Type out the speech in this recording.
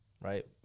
Right